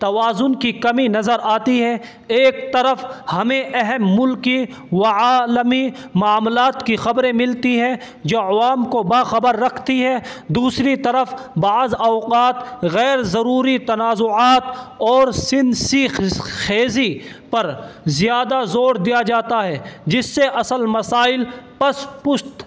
توازن کی کمی نظر آتی ہے ایک طرف ہمیں اہم ملکی و عالمی معاملات کی خبریں ملتی ہیں جو عوام کو باخبر رکھتی ہے دوسری طرف بعض اوقات غیرضروری تنازعات اور سنسنی خیزی پر زیادہ زور دیا جاتا ہے جس سے اصل مسائل پس پشت